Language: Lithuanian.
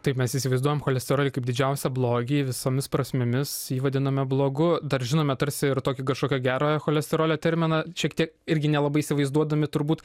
taip mes įsivaizduojam cholesterolį kaip didžiausią blogį visomis prasmėmis jį vadiname blogu dar žinome tarsi ir tokį kažkokio gerojo cholesterolio terminą šiek tiek irgi nelabai įsivaizduodami turbūt